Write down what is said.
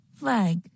flag